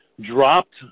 dropped